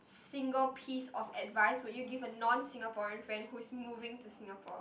single piece of advice would you give a non Singaporean friend who is moving to Singapore